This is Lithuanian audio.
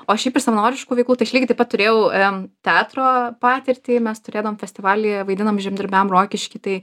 o šiaip iš savanoriškų veiklų tai aš lygiai taip pat turėjau em teatro patirtį mes turėdavom festivalyje vaidinom žemdirbiam rokišky tai